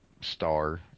star